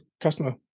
customer